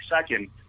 second